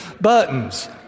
buttons